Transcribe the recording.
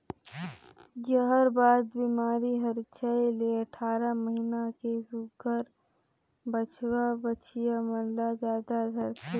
जहरबाद बेमारी हर छै ले अठारह महीना के सुग्घर बछवा बछिया मन ल जादा धरथे